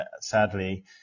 sadly